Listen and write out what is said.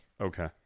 Okay